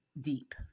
deep